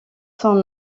son